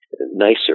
nicer